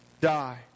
die